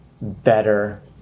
better